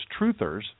truthers